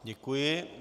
Děkuji.